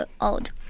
old